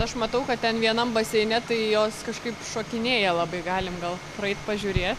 aš matau kad ten vienam baseine tai jos kažkaip šokinėja labai galim gal praeit pažiūrėt